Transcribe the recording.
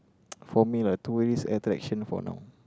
for me lah tourist attraction for now